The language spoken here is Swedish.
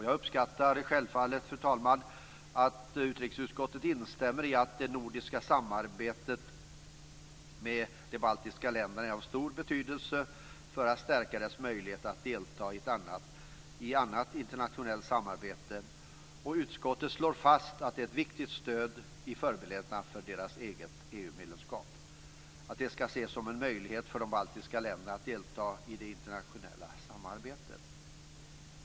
Jag uppskattar självfallet, fru talman, att utrikesutskottet instämmer i att det nordiska samarbetet med de baltiska länderna är av stor betydelse för att stärka deras möjligheter att delta i annat internationellt samarbete. Utskottet slår fast att det är ett viktigt stöd i förberedelserna för deras eget EU-medlemskap och att det ska ses som en möjlighet för de baltiska länderna att delta i det internationella samarbetet.